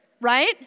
Right